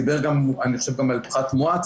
הוא דיבר גם, אני חושב, על פחת מואץ.